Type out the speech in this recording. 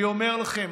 אני אומר לכם,